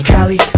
Cali